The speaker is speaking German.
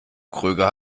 kröger